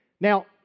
Now